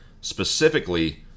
Specifically